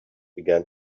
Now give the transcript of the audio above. began